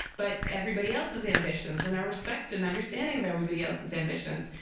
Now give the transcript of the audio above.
but everybody else's ambitions and our respect and understanding of everybody else's ambitions.